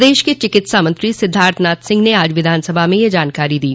प्रदेश के चिकित्सा मंत्री सिद्धार्थनाथ सिंह ने आज विधानसभा में यह जानकारी दी